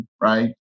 right